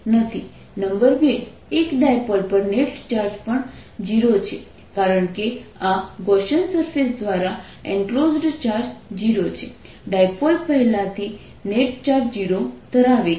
number 2 એક dipole પર net charge પણ 0 છે કારણ કે આ ગોસિયન સરફેસ દ્વારા એનકલોઝડ ચાર્જ 0 છે ડાયપોલ પહેલાથી નેટ ચાર્જ 0 ધરાવે છે